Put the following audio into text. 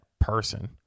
person